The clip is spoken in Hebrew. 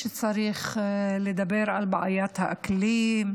שצריך לדבר על בעיית האקלים,